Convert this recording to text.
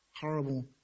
horrible